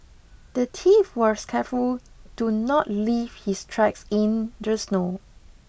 the thief was careful to not leave his tracks in the snow